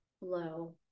low